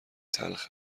تلخ